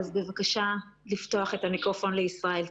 אז, בבקשה, לפתוח את המיקרופון לישראל.